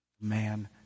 man